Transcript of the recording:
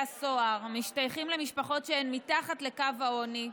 הסוהר משתייכים למשפחות שהן מתחת לקו העוני.